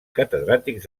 catedràtics